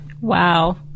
Wow